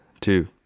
two